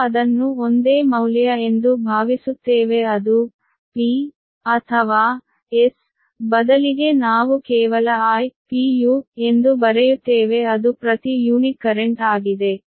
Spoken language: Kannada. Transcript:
ನಾವು ಅದನ್ನು ಒಂದೇ ಮೌಲ್ಯ ಎಂದು ಭಾವಿಸುತ್ತೇವೆ ಅದು p or s ಬದಲಿಗೆ ನಾವು ಕೇವಲ I ಎಂದು ಬರೆಯುತ್ತೇವೆ ಅದು ಪ್ರತಿ ಯೂನಿಟ್ ಕರೆಂಟ್ ಆಗಿದೆ